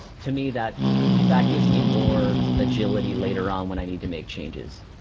to me, that that gives me more agility later on when i need to make changes.